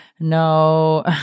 No